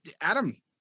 adam